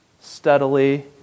steadily